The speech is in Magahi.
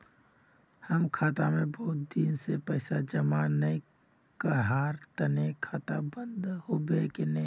हम खाता में बहुत दिन से पैसा जमा नय कहार तने खाता बंद होबे केने?